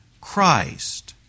Christ